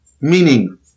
meaning